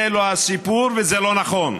זה לא הסיפור, וזה לא נכון.